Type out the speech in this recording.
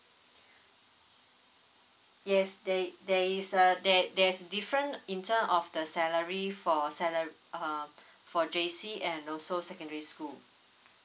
yes there there is uh there there's different in terms of the salary for sala~ uh for J_C and also secondary school